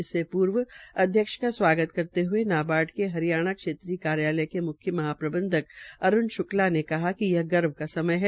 इससे पूर्व अध्यक्ष का स्वागत करते हुए नाबार्ड के हरियाणा क्षेत्रीय कार्यालय के मुख्य महाप्रबंधक अरूण शुक्ला ने कहा कि यह गर्व की समय है